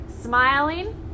smiling